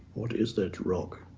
what is that rock?